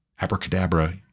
abracadabra